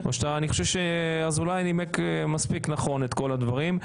אני חושב שאזולאי נימק מספיק נכון את כל הדברים.